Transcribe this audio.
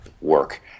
work